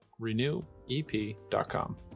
renewep.com